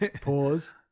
Pause